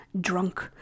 drunk